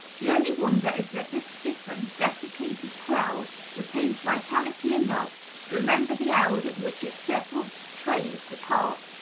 the only wonder is that this stiffened, desiccated crowd retains vitality enough to remember the hours at which its several trains depart,